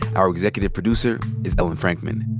our executive producer is ellen frankman.